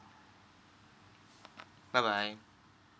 bye bye